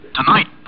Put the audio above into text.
Tonight